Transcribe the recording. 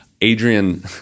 Adrian